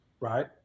right